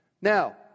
now